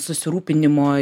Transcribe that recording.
susirūpinimo skiriasi